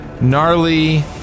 Gnarly